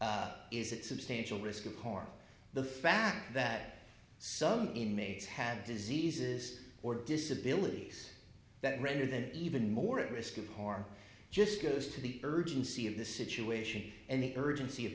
is at substantial risk of course the fact that some inmates have diseases or disabilities that render them even more at risk of hor just goes to the urgency of the situation and the urgency of